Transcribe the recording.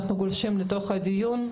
אנחנו גולשים לתוך הדיון.